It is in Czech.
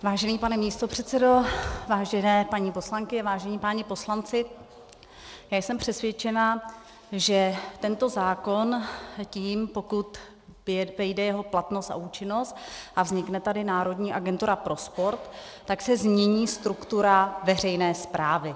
Vážený pane místopředsedo, vážené paní poslankyně, vážení páni poslanci, já jsem přesvědčena, že tento zákon tím, pokud vejde jeho platnost a účinnost a vznikne tady Národní agentura pro sport, tak se změní struktura veřejné správy.